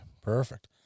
perfect